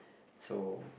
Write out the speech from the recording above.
so